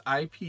IP